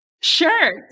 Sure